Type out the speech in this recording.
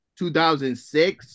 2006